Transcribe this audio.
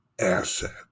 asset